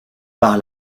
par